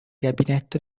gabinetto